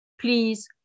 please